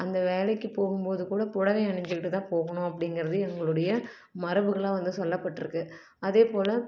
அந்த வேலைக்கு போகும் போது கூட புடவை அணிஞ்சிகிட்டு தான் போகணும் அப்படிங்கிறது எங்களுடைய மரபுகளாக வந்து சொல்லப்பட்டு இருக்கு அதே போல்